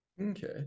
Okay